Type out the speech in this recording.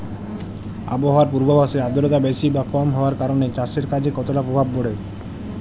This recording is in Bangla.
আবহাওয়ার পূর্বাভাসে আর্দ্রতা বেশি বা কম হওয়ার কারণে চাষের কাজে কতটা প্রভাব পড়ে?